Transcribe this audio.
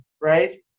right